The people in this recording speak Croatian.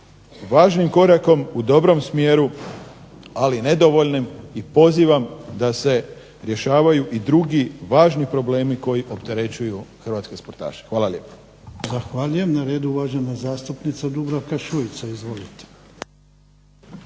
važnim korakom u dobrom smjeru, ali nedovoljnim i pozivam da se rješavaju i drugi važni problemi koji opterećuju hrvatske sportaše. Hvala lijepa. **Jarnjak, Ivan (HDZ)** Zahvaljujem. Na redu je uvažena zastupnica Dubravka Šuica. Izvolite.